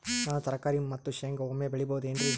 ನಾನು ತರಕಾರಿ ಮತ್ತು ಶೇಂಗಾ ಒಮ್ಮೆ ಬೆಳಿ ಬಹುದೆನರಿ?